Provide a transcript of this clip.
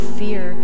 fear